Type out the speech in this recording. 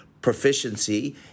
proficiency